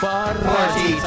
Party